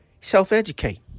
Self-educate